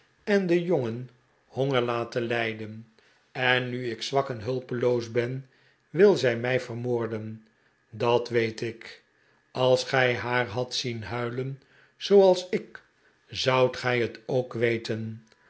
en den jongen honger laten lijden en nu ik zwak en hulpeloos ben wil zij mij vermoorden dat weet ik ais gij haar hadt zien huilen zooals ik zoudt gij het ook we